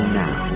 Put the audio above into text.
now